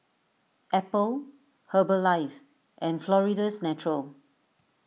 Apple Herbalife and Florida's Natural